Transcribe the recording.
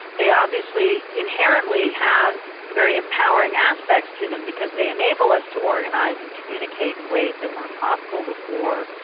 they obviously inherently have very empowering aspects to them because they enable us to organise and communicate in ways that weren't possible before,